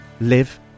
live